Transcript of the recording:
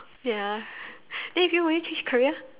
ya then if you will you change career